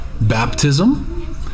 Baptism